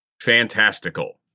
fantastical